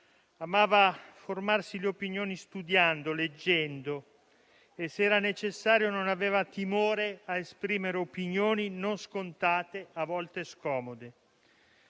Amava formarsi le opinioni studiando, leggendo e, se era necessario, non aveva timore a esprimere opinioni non scontate, a volte scomode,